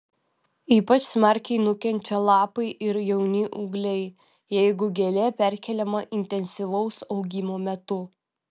ypač smarkiai nukenčia lapai ir jauni ūgliai jeigu gėlė perkeliama intensyvaus augimo metu